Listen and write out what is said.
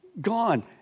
gone